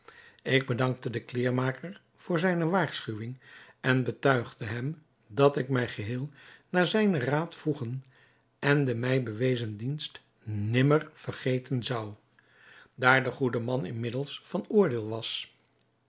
ik bedankte den kleermaker voor zijne waarschuwing en betuigde hem dat ik mij geheel naar zijnen raad voegen en de mij bewezen dienst nimmer vergeten zou daar de goede man inmiddels van oordeel was